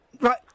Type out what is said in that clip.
Right